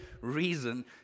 reason